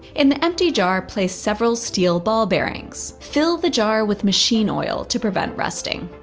in the empty jar place several steel ball bearings. fill the jar with machine oil to prevent rusting,